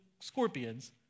scorpions